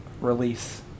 release